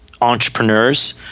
entrepreneurs